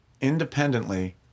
independently